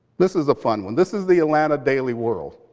this is a fun one, this is the atlanta daily world.